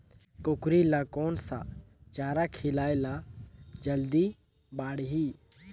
कूकरी ल कोन सा चारा खिलाय ल जल्दी बाड़ही?